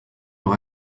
nur